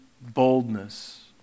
boldness